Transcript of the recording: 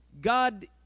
God